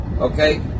Okay